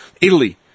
Italy